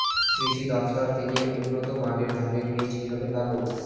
কৃষি দফতর থেকে উন্নত মানের ধানের বীজ কিভাবে পাব?